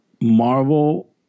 Marvel